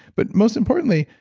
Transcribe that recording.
but most importantly,